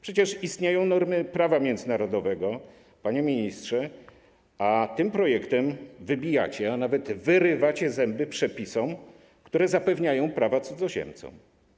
Przecież istnieją normy prawa międzynarodowego, panie ministrze, a tym projektem wybijacie, a nawet wyrywacie, zęby przepisom, które zapewniają prawa cudzoziemcom.